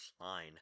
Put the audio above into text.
line